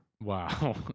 Wow